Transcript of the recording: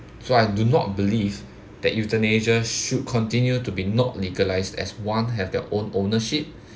so I do not believe that euthanasia should continue to be not legalized as one have their own ownership